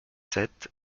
sept